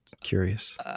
curious